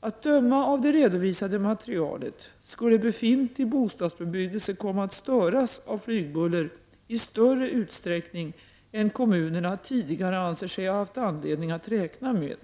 Att döma av det redovisade materialet skulle befintlig bostadsbebyggelse komma att störas av flygbuller i större utsträckning än kommunerna tidigare anser sig ha haft anledning att räkna med.